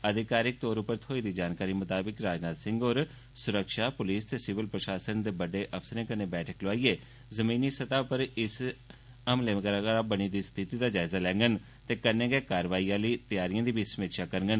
अधिकारिक तौर उप्पर थ्होई दी जानकारी मताबक राजनाथ सिंह होर सुरक्षा पुलिस ते सिविल प्रशासन दे बड्डे अफसरें कन्नै बैठक लोआईयै जमीनी स्तह उप्पर इसलै बनी दी स्थिति दा जायजा लैंगन ते कन्नै गै कारवाई आहली त्यारियें दी बी समीक्षा करगंन